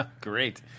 Great